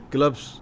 Clubs